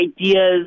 ideas